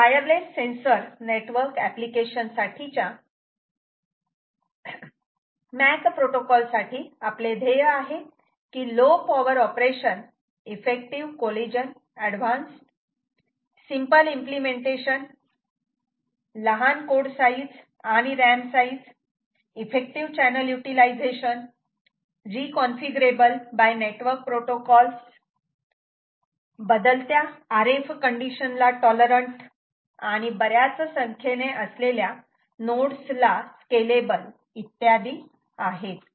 wireless sensor network application साठीच्या MAC protocol साठी आपले ध्येय आहे की low power operation effective collision avoidance simple implementation लहान कोड साईज आणि RAM size effective channel utilization reconfigurable by network protocols बदलत्या RF कंडिशनला टॉलरन्ट आणि बऱ्याच संखेने असलेल्या नोड्स ला स्केलेबल इत्यादी आहेत